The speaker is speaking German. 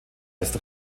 ist